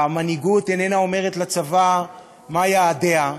המנהיגות איננה אומרת לצבא מה יעדיה,